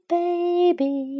baby